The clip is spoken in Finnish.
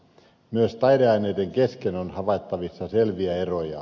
myös taideaineiden kesken on havaittavissa selviä eroja